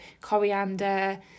coriander